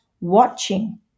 watching